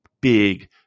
big